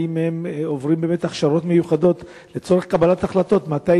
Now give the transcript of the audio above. האם הם עוברים באמת הכשרות מיוחדות לצורך קבלת החלטות מתי